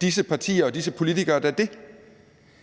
disse partier og disse politikere da det.